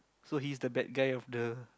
so his the bad guy of the